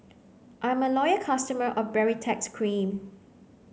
I'm a loyal customer of Baritex Cream